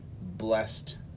blessed